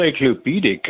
encyclopedic